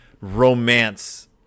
romance